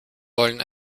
wollen